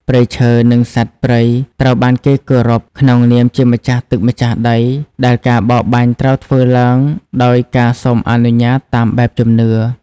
ព្រៃឈើ និងសត្វព្រៃត្រូវបានគេគោរពក្នុងនាមជាម្ចាស់ទឹកម្ចាស់ដី ដែលការបរបាញ់ត្រូវធ្វើឡើងដោយការសុំអនុញ្ញាតតាមបែបជំនឿ។